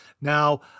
Now